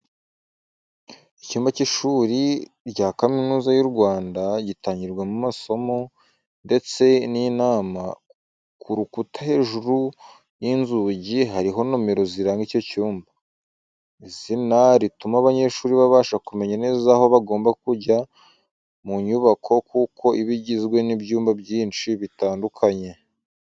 Icyumba cy’ishuri rya Kaminuza y’u Rwanda gitangirwamo amasomo, ndetse n'inama, ku rukuta hejuru y’inzugi hariho nomero ziranga icyo cyumba. Izina rituma abanyeshuri babasha kumenya neza aho bagomba kujya mu nyubako kuko iba igizwe n’ibyumba byinshi bitandukanye.